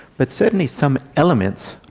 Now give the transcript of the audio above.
but certainly some elements,